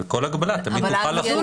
וכל הגבלה תמיד-תמיד תוכל לחול,